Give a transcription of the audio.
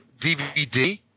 DVD